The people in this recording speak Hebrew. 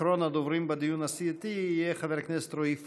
אחרון הדוברים בדיון הסיעתי יהיה חבר הכנסת רועי פולקמן.